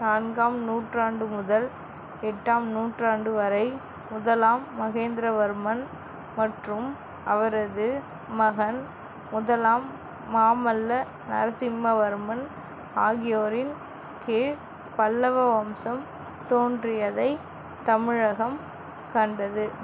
நான்காம் நூற்றாண்டு முதல் எட்டாம் நூற்றாண்டு வரை முதலாம் மகேந்திரவர்மன் மற்றும் அவரது மகன் முதலாம் மாமல்ல நரசிம்மவர்மன் ஆகியோரின் கீழ் பல்லவ வம்சம் தோன்றியதை தமிழகம் கண்டது